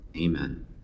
Amen